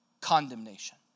condemnation